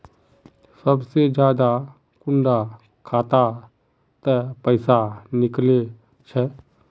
सबसे ज्यादा कुंडा खाता त पैसा निकले छे?